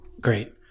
Great